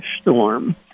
storm